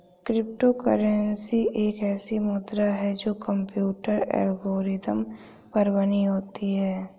crypto currency एक ऐसी मुद्रा है जो कंप्यूटर एल्गोरिदम पर बनी होती है